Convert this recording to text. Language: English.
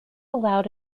allowed